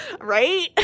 Right